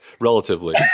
relatively